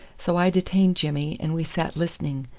so i detained jimmy and we sat listening,